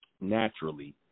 naturally